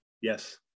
yes